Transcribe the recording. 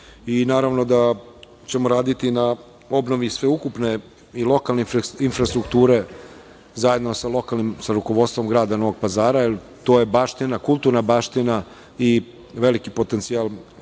Naravno da ćemo raditi na obnovi sveukupne i lokalne infrastrukture zajedno sa lokalnim, sa rukovodstvom grada Novog Pazara, jer to je baština, kulturna baština i veliki potencijal